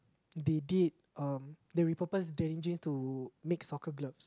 they did um they repurpose denim jeans to make soccer gloves